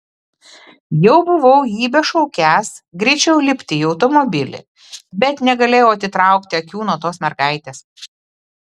jau buvau jį bešaukiąs greičiau lipti į automobilį bet negalėjau atitraukti akių nuo tos mergaitės